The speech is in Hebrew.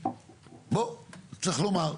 בוא, צריך לומר.